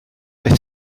beth